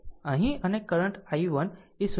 અહીં અને current i1 એ 0